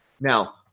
Now